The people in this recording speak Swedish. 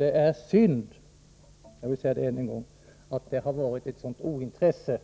det är synd — jag vill säga det än en gång — att det har varit ett sådant ointresse.